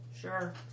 Sure